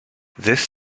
this